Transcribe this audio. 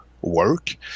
work